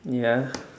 ya